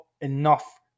enough